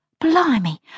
Blimey